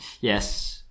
yes